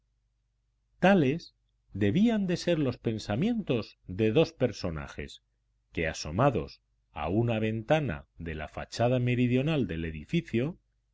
tales debían de ser los pensamientos de dos personajes que asomados a una ventana de la fachada meridional del edificio